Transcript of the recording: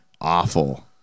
awful